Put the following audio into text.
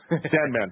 sandman